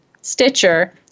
Stitcher